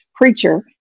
preacher